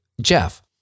Jeff